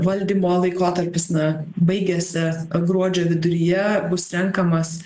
valdymo laikotarpis na baigiasi gruodžio viduryje bus renkamas